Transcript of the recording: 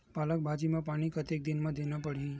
पालक भाजी म पानी कतेक दिन म देला पढ़ही?